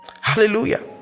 hallelujah